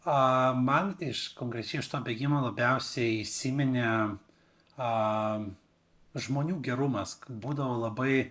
a man iš konkrečiai iš to bėgimo labiausiai įsiminė a žmonių gerumas būdavo labai